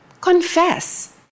Confess